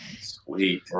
sweet